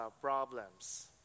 problems